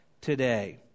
today